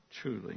Truly